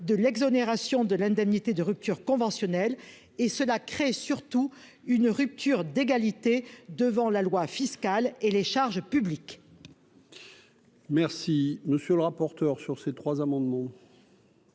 de l'exonération de l'indemnité de rupture conventionnelle et cela crée surtout une rupture d'égalité devant la loi fiscale et les charges publiques.